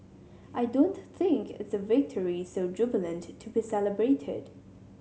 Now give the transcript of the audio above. I don't think it's a victory so jubilant to be celebrated